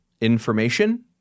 information